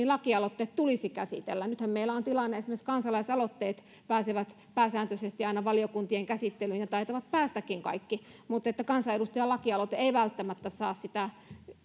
lakialoitteet tulisi käsitellä nythän meillä on tilanne että esimerkiksi kansalaisaloitteet pääsevät pääsääntöisesti aina valiokuntien käsittelyyn ja taitavat päästäkin kaikki mutta kansanedustajan lakialoite ei välttämättä saa sitä